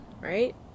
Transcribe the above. Right